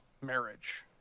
marriage